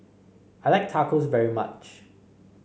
I like Tacos very much